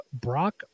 Brock